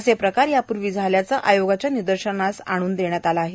असे प्रकार यापूर्वी झाल्याचे आयोगाच्या निदर्शनास आणून देण्यात आले आहे